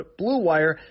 BLUEWIRE